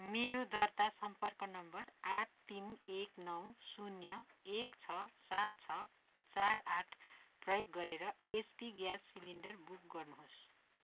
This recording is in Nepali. मेरो दर्ता सम्पर्क नम्बर आठ तिन एक नौ शून्य एक छ सात छ चार आठ प्रयोग गरेर एचपी ग्यास सिलिन्डर बुक गर्नुहोस्